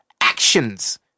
Actions